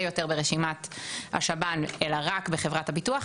יותר ברשימת השב"ן אלא רק בחברת הביטוח,